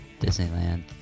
disneyland